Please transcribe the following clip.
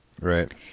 Right